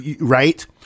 right